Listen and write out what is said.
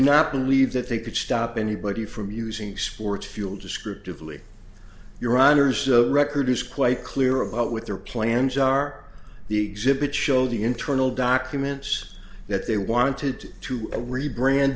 not believe that they could stop anybody from using sports fuel descriptively your honour's record is quite clear about what their plans are the exhibit showed the internal documents that they wanted to really brand